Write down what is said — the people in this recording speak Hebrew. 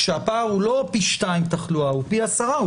כשהפער הוא לא פי שניים תחלואה, הוא פי עשרה.